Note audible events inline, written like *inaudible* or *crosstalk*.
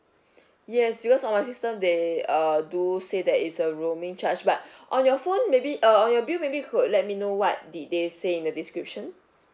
*breath* yes because on my system they err do say that is a roaming charge but *breath* on your phone maybe uh on your bill maybe could let me know what did they say in the description